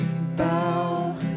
bow